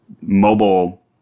mobile